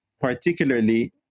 particularly